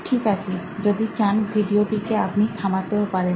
ঠিক আছে যদি চান ভিডিও টিকে আপনি থামাতেও পারেন